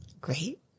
Great